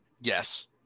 yes